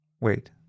wait